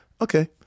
Okay